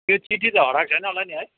त्यो चिठ्ठी त हराएको छैन होला नि है